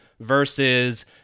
Versus